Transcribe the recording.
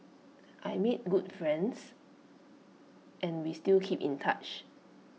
I made good friends and we still keep in touch